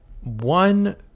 One